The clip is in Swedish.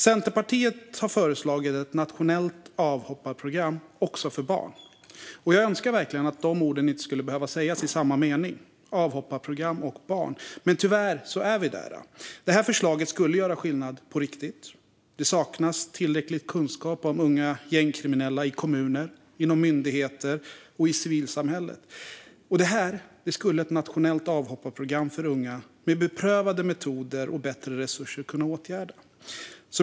Centerpartiet har föreslagit ett nationellt avhopparprogram också för barn. Jag önskar verkligen att orden avhopparprogram och barn inte skulle behöva sägas i samma mening, men tyvärr är vi där. Det här förslaget skulle göra skillnad på riktigt. Det saknas tillräcklig kunskap om unga gängkriminella i kommuner, inom myndigheter och i civilsamhället. Det skulle ett nationellt avhopparprogram för unga med beprövade metoder och bättre resurser kunna åtgärda.